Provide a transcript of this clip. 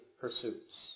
pursuits